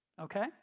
Okay